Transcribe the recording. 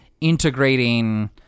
integrating